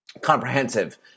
comprehensive